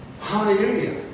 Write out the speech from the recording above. Hallelujah